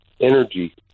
energy